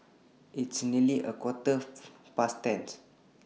its nearly A Quarter Past ten